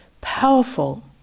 powerful